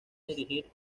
dirigir